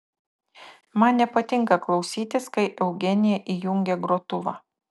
man nepatinka klausytis kai eugenija įjungia grotuvą